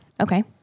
Okay